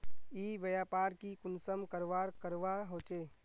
ई व्यापार की कुंसम करवार करवा होचे?